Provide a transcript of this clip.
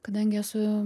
kadangi esu